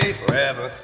forever